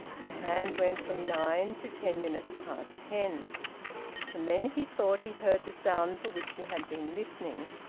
the hand went from nine to ten minutes past ten. and then he thought he heard the sound for which he had been listening.